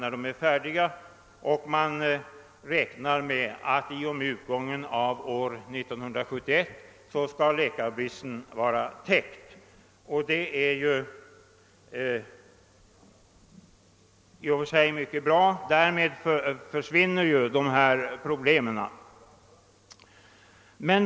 Man räknar med att läkarbristen skall vara täckt i och med utgången av år 1971. Det är i och för sig bra ty därmed försvinner ju dessa problem.